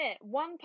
one